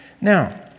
Now